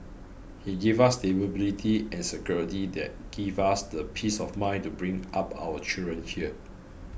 he gave us stability and security that give us the peace of mind to bring up our children here